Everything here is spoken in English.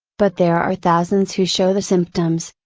but there are thousands who show the symptoms,